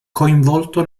coinvolto